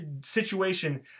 situation